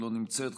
לא נמצאת,